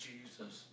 Jesus